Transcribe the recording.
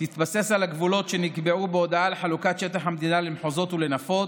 תתבסס על הגבולות שנקבעו בהודעה על חלוקת שטח המדינה למחוזות ולנפות